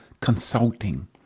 consulting